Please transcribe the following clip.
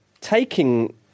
taking